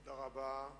תודה רבה.